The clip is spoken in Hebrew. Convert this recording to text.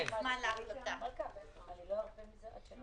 אבל 21 יום זה מה שיצא בסופו של דבר.